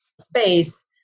space